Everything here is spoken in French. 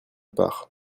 part